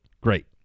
Great